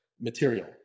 material